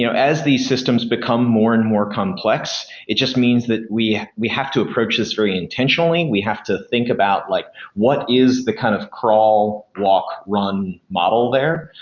you know as these systems become more and more complex, it just means that we we have to approach this very intentionally. we have to think about like what is the kind of crawl, walk, run model there,